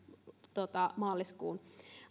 maaliskuuhun